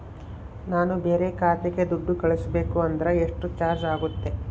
ನಾನು ಬೇರೆ ಖಾತೆಗೆ ದುಡ್ಡು ಕಳಿಸಬೇಕು ಅಂದ್ರ ಎಷ್ಟು ಚಾರ್ಜ್ ಆಗುತ್ತೆ?